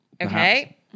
Okay